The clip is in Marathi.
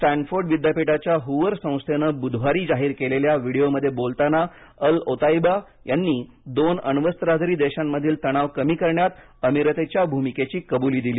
स्टॅनफोर्ड विद्यापीठाच्या हूवर संस्थेने बुधवारी जाहीर केलेल्या व्हिडिओमध्ये बोलताना अल ओताइबा यांनी दोन अण्वस्त्रधारी देशांमधील तणाव कमी करण्यात अमिरातीच्या भूमिकेची कबुली दिली